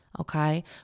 Okay